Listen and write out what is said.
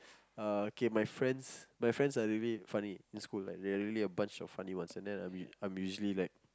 uh okay my friends my friends are little bit funny in school like they're really a bunch of funny ones and then I'm I'm usually like